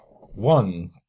one